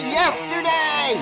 yesterday